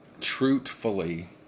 truthfully